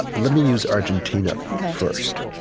let me use argentina first.